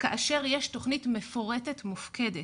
כאשר יש תכנית מפורטת מופקדת,